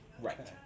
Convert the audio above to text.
Right